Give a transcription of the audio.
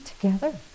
together